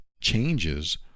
Changes